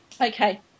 Okay